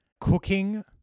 cooking